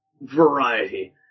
variety